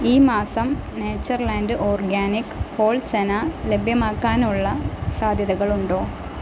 ഈ മാസം Nature Land organic whole chana ലഭ്യമാക്കാനുള്ള സാധ്യതകൾ ഉണ്ടോ